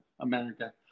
america